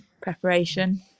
preparation